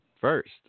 first